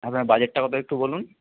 আপনার বাজেটটা কত একটু বলুন